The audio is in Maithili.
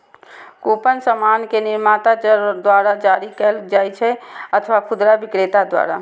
कूपन सामान के निर्माता द्वारा जारी कैल जाइ छै अथवा खुदरा बिक्रेता द्वारा